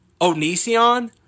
Onision